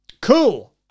Cool